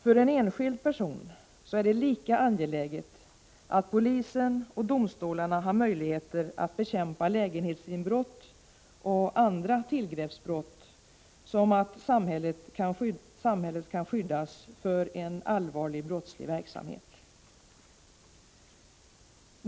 För en enskild person är det lika angeläget att polisen och domstolarna har möjligheter att bekämpa lägenhetsinbrott och andra tillgreppsbrott som att samhället kan skyddas för en allvarlig brottslig verksamhet.